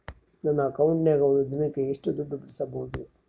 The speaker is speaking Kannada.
ನನ್ನ ಅಕೌಂಟಿನ್ಯಾಗ ಒಂದು ದಿನಕ್ಕ ಎಷ್ಟು ದುಡ್ಡು ಬಿಡಿಸಬಹುದು?